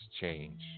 change